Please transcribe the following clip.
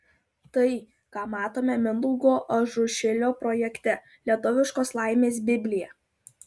tai ką matome mindaugo ažušilio projekte lietuviškos laimės biblija